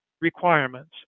requirements